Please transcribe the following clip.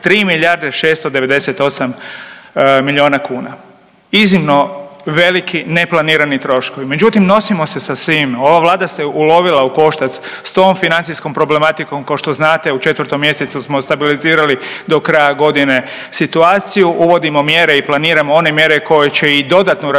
3 milijarde 698 miliona kuna. Iznimno veliki neplanirani troškovi. Međutim, nosimo se sa svime. Ova Vlada se ulovila u koštac s tom financijskom problematikom. Ko što znate u 4. mjesecu smo stabilizirali do kraja godine situaciju, uvodimo mjere i planiramo one mjere koje će i dodatno racionalizirati